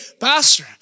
Pastor